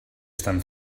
estem